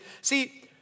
See